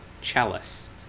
chalice